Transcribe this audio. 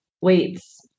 weights